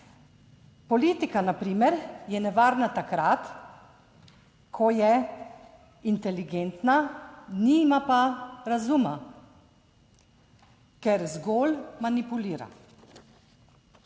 primer je nevarna takrat, ko je inteligentna, nima pa razuma, ker zgolj manipulira".